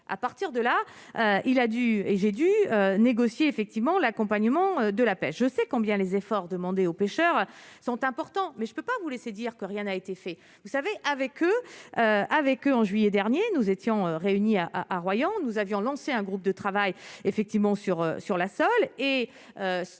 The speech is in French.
à partir de là, il a dû, et j'ai dû négocier effectivement l'accompagnement de la pêche je sais combien les efforts demandés aux pêcheurs sont importants, mais je ne peux pas vous laisser dire que rien n'a été fait, vous savez, avec eux, avec eux, en juillet dernier, nous étions réunis à à à Royan, nous avions lancé un groupe de travail